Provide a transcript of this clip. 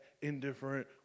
indifferent